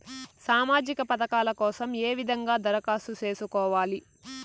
సామాజిక పథకాల కోసం ఏ విధంగా దరఖాస్తు సేసుకోవాలి